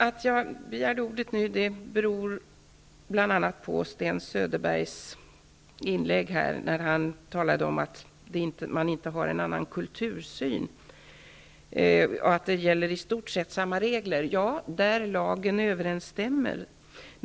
Att jag nu begärde ordet beror bl.a. på det inlägg som Sten Söderberg här gjorde där han talade om att man inte har en annan kultursyn och att det i stort sett gäller samma regler. Ja, det är fallet där lagen överenstämmer.